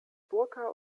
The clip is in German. burka